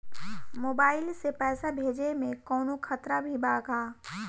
Mobile से पैसा भेजे मे कौनों खतरा भी बा का?